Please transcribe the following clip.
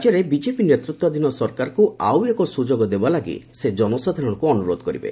ରାଜ୍ୟରେ ବିଜେପି ନେତୃତ୍ୱାଧୀନ ସରକାରକୁ ଆଉ ଏକ ସୁଯୋଗଦେବା ଲାଗି ସେ ଜନସାଧାରଣଙ୍କୁ ଅନୁରୋଧ କରିବେ